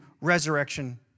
Resurrection